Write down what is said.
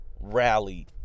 rally